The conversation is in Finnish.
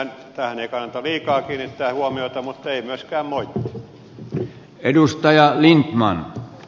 tähän ei kannata liikaa kiinnittää huomiota mutta ei myöskään moittia